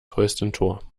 holstentor